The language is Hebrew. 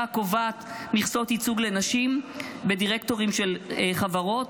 הקובעת מכסות ייצוג לנשים בדירקטוריונים של חברות.